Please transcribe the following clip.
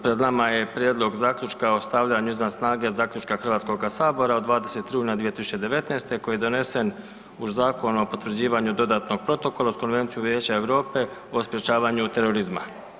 Pred nama je Prijedlog zaključka o stavljanju izvan snage zaključka Hrvatskoga sabora od 20. rujna 2019. koji je donesen uz Zakon o potvrđivanju dodatnog protokola uz Konvenciju Vijeća Europe o sprječavanju terorizma.